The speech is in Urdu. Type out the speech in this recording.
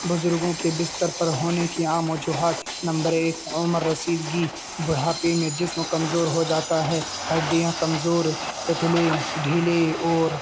بزرگوں کے بستر پر ہونے کی عام وجوہات نمبر ایک عمر رسیدگی بڑھاپے میں جس میں کمزور ہو جاتا ہے ہڈیاں کمزور پتھلے ڈھیلے اور